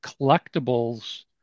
collectibles